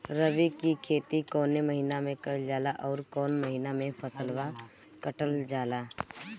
रबी की खेती कौने महिने में कइल जाला अउर कौन् महीना में फसलवा कटल जाला?